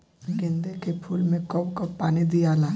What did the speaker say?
गेंदे के फूल मे कब कब पानी दियाला?